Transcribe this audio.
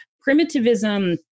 Primitivism